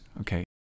okay